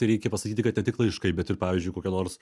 tai reikia pasakyti kad ne tik laiškai bet ir pavyzdžiui kokia nors